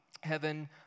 heaven